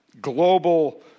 global